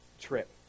trip